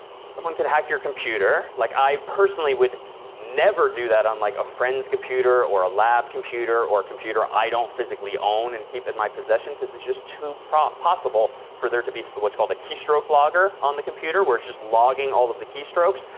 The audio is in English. someone could hack your computer. like i personally would never do that on, like, a friend's computer or a lab computer or a computer i don't physically own and keep in my possession because it's just too ah possible for there to be what's called keystroke logger on the computer where it's just logging all of the keystrokes.